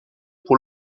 pour